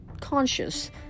conscious